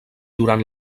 durant